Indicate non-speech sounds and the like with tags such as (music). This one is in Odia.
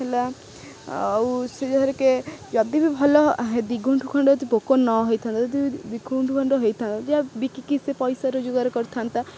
ହେଲା ଆଉ ସେ (unintelligible) ଯଦି ବି ଭଲ ଦୁଇ ଗୁଣ୍ଠୁ ଖଣ୍ଡ ଯଦି ପୋକ ନ ହେଇଥାନ୍ତା ଯଦି ଦୁଇ ଗୁଣ୍ଠୁ ଖଣ୍ଡ ହେଇଥାନ୍ତା ଯାହା ବିକିକି ସେ ପଇସା ରୋଜଗାର କରିଥାନ୍ତା